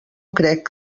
crec